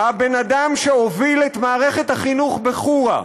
הבן אדם שהוביל את מערכת החינוך בחורה,